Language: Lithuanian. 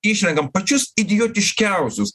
išrenkame pačius idiotiškiausius